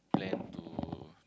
plan to